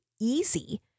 easy